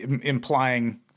implying